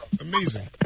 amazing